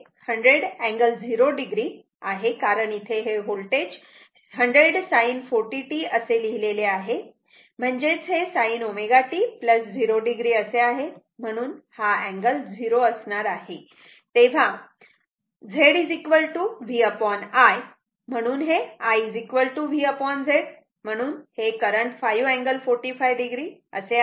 तर हे 100 angle 0 o आहे कारण इथे हे होल्टेज 100 sin 40 t असे लिहिलेले आहे म्हणजेच हे sin ω t 0 o असे आहे म्हणून का अँगल 0 असणार आहे तेव्हा Z V I म्हणून I V Z त्यामुळे हे करंट 5 अँगल 45 o असे आहे